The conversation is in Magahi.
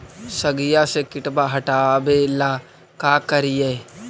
सगिया से किटवा हाटाबेला का कारिये?